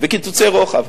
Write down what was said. וקיצוצי רוחב.